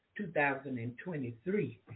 2023